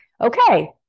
okay